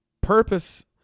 purpose